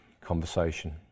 conversation